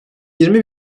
yirmi